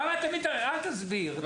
אל תסביר.